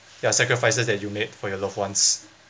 ya sacrifices that you made for your loved ones